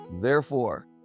Therefore